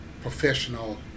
professional